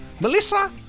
Melissa